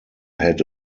had